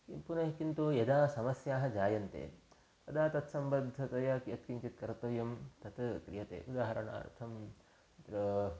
यत् पुनः किन्तु यदा समस्याः जायन्ते तदा तत्सम्बद्धतया यत् किञ्चित् कर्तव्यं तत् क्रियते उदाहरणार्थम् अत्र